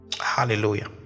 hallelujah